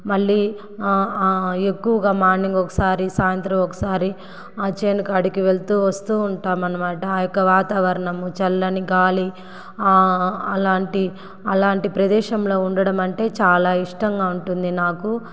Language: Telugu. మళ్ళీ ఎక్కువగా మార్నింగ్ ఒకసారి సాయంత్రం ఒకసారి ఆ చేను కాడికి వెళ్తూ వస్తూవుంటామన్నమాట ఆ యొక్క వాతావరణము చల్లని గాలి ఆ ఆ అలాంటి అలాంటి ప్రదేశంలో ఉండడం అంటే చాలా ఇష్టంగా ఉంటుంది నాకు